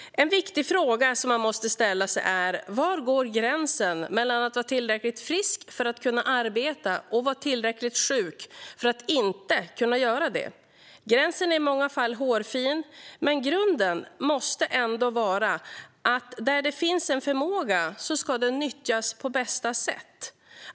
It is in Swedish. En viktig fråga som man måste ställa sig är: Var går gränsen mellan att vara tillräckligt frisk för att kunna arbeta och tillräckligt sjuk för att inte kunna göra det? Gränsen är i många fall hårfin, men grunden måste ändå vara att där det finns en förmåga ska den nyttjas på bästa sätt.